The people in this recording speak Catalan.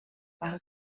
parc